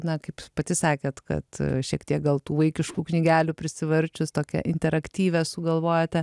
na kaip pati sakėt kad šiek tiek gal tų vaikiškų knygelių prisivarčius tokia interaktyvią sugalvojote